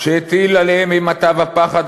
שהטיל עליהם אימתה ופחד,